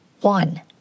one